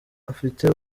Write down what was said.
afite